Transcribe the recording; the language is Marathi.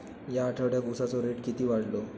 या आठवड्याक उसाचो रेट किती वाढतलो?